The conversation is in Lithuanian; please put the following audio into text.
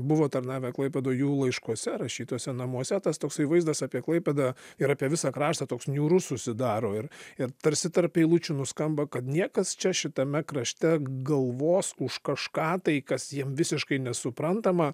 buvo tarnavę klaipėdoj jų laiškuose rašytuose namuose tas toksai vaizdas apie klaipėdą ir apie visą kraštą toks niūrus susidaro ir ir tarsi tarp eilučių nuskamba kad niekas čia šitame krašte galvos už kažką tai kas jiem visiškai nesuprantama